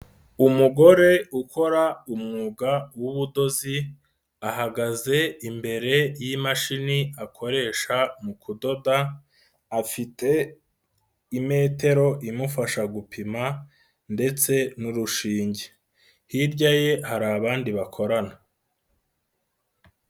Umugore ukora umwuga wubudozi ahagaze imbere y'imashini akoresha mu kudoda, afite imetero imufasha gupima ndetse n'urushinge, hirya ye hari abandi bakorana.